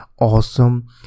awesome